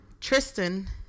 Tristan